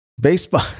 Baseball